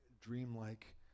dreamlike